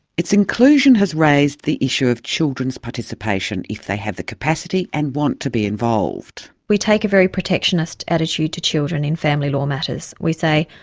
its inclusion has raised the issue of children's participation if they have the capacity and want to be involved. we take a very protectionist attitude to children in family law matters, we say,